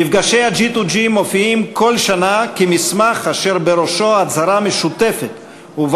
מפגשי ה-G2G מופיעים כל שנה כמסמך אשר בראשו הצהרה משותפת שבה